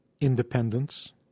independence